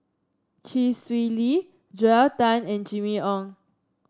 Chee Swee Lee Joel Tan and Jimmy Ong